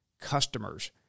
customers